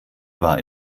war